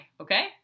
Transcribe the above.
okay